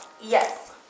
Yes